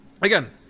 again